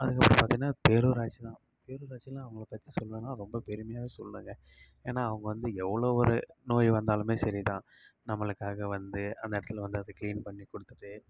அதுக்கப்புறம் பார்த்திங்கன்னா பேரூராட்சி தான் பேரூராட்சின்னா அவங்கள பற்றி சொல்லணுனா ரொம்ப பெருமையாக சொல்லணுங்க ஏன்னா அவங்க வந்து எவ்வளோ ஒரு நோய் வந்தாலும் சரி தான் நம்மளுக்காக வந்து அந்த இடத்துல வந்து அதை க்ளீன் பண்ணி கொடுத்துட்டு